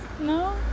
No